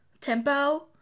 tempo